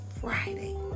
Friday